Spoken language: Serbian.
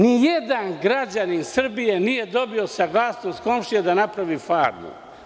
Nijedan građanin Srbije nije dobio saglasnost komšije da napravi farmu.